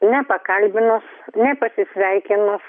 nepakalbinus nepasisveikinus